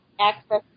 access